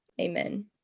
amen